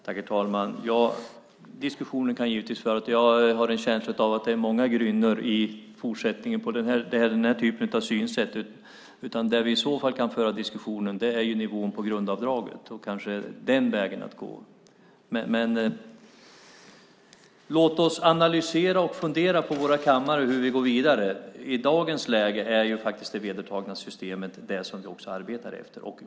Herr talman! Diskussionen kan givetvis föras, men jag har en känsla av att det finns många grynnor i fortsättningen i den här typen av synsätt. Det vi kan föra diskussionen om i så fall är nivån på grundavdraget och om det kan vara en väg att gå. Men låt oss på våra kammare analysera och fundera på hur vi går vidare. I dagens läge är det vedertagna systemet det som vi arbetar efter.